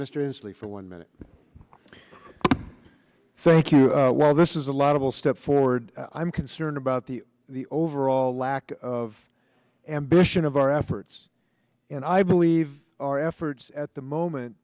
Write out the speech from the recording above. ensley for one minute thank you well this is a lot of will step forward i'm concerned about the the overall lack of ambition of our efforts and i believe our efforts at the moment